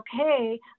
okay